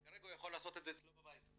כרגע הוא יכול לעשות את זה אצלו בבית,